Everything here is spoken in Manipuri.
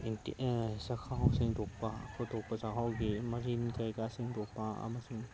ꯆꯥꯛꯈꯥꯎ ꯁꯦꯡꯗꯣꯛꯄ ꯈꯣꯠꯇꯣꯛꯄ ꯆꯥꯛꯈꯥꯎꯒꯤ ꯃꯔꯤꯟ ꯀꯩꯀꯥ ꯁꯦꯡꯗꯣꯛꯄ ꯑꯃꯁꯨꯡ